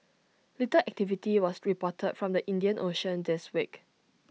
little activity was reported from the Indian ocean this week